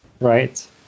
right